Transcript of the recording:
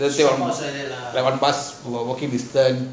like on bus or walking distance